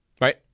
Right